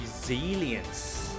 resilience